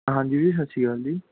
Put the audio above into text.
ਹਾਂਜੀ ਵੀਰ ਸਤਿ ਸ਼੍ਰੀ ਅਕਾਲ ਜੀ